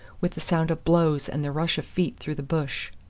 with the sound of blows and the rush of feet through the bush.